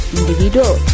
individual